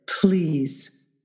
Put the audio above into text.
Please